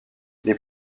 les